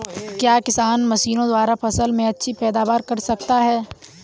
क्या किसान मशीनों द्वारा फसल में अच्छी पैदावार कर सकता है?